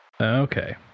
Okay